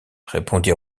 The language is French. répondit